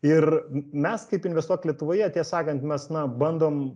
ir mes kaip investuok lietuvoje ties sakant mes na bandom